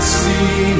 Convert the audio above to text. see